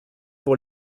pour